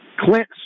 clint